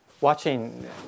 watching